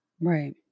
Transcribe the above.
Right